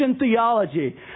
Theology